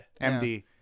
MD